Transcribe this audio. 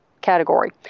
category